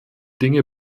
dinge